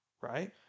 right